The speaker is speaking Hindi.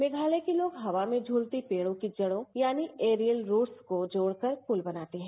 मेघातय के लोग हवा में श्रूलती पेझें की जड़ों यानी एरियल रूट्स को जोड़कर पुल बनाते हैं